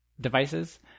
devices